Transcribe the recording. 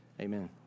amen